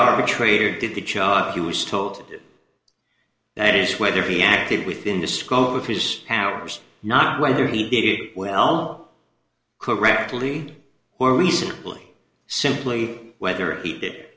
arbitrator did the charge he was told that is whether he acted within the scope of his powers not whether he did it well correctly or recently simply whether he did